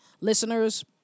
listeners